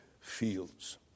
fields